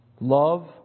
love